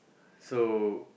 so